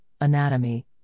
anatomy